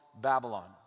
Babylon